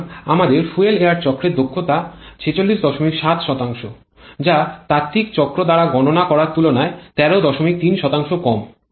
সুতরাং আমাদের fuel air চক্রের দক্ষতা ৪৬৭ যা তাত্ত্বিক চক্র দ্বারা গণনা করার তুলনায় ১৩৩ কম